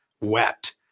wept